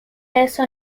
eso